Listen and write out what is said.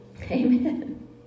Amen